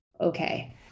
okay